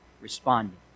responding